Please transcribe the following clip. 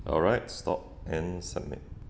alright stop and submit